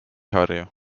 harju